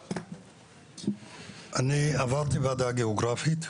אני עברתי ועדה גיאוגרפית,